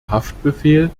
haftbefehl